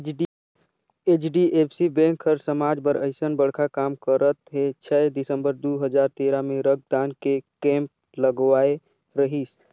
HDFC bank हर समाज बर अइसन बड़खा काम करत हे छै दिसंबर दू हजार तेरा मे रक्तदान के केम्प लगवाए रहीस